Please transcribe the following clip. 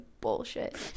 bullshit